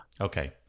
Okay